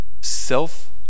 self